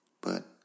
But-